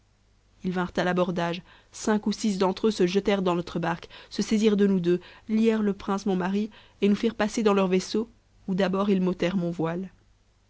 ils vinrent à l'abordage cinq ou six d'entre eux se jetèrent dans notre barque se saisirent de nous deux lièrent le prince mon mari et nous firent passer dans leur vaisseau ou d'abord ils m'ôtèrent mon voile